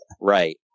right